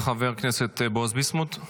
חבר הכנסת בועז ביסמוט.